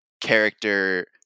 character